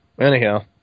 anyhow